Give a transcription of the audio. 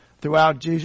Throughout